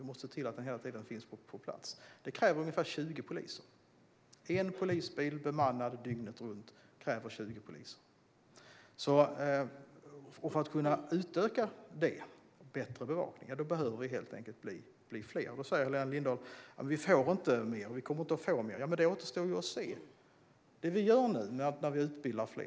Man måste se till att de hela tiden finns på plats. Det kräver ungefär 20 poliser. En polisbil bemannad dygnet runt kräver alltså 20 poliser. För att kunna utöka detta så att det blir bättre bevakning behöver det helt enkelt bli fler poliser. Helena Lindahl säger: Vi kommer inte att få mer. Men det återstår att se. Det vi gör nu är att vi utbildar fler.